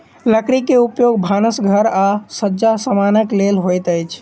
लकड़ी के उपयोग भानस घर आ सज्जा समानक लेल होइत अछि